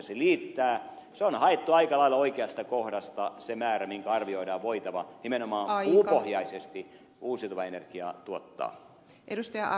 se on haettu aika lailla oikeasta kohdasta se määrä mikä arvioidaan voitavan nimenomaan puupohjaisesti uusiutuvaa energiaa tuottaa